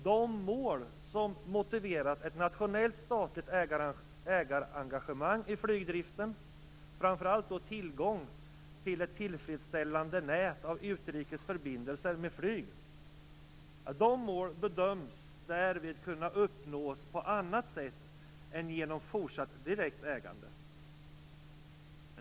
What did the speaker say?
De mål som motiverat ett nationellt statligt ägarengagemang i flygdriften - framför allt tillgång till ett tillfredsställande nät av utrikes förbindelser med flyg - bedöms därvid kunna uppnås på annat sätt än genom fortsatt direkt ägande.